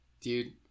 dude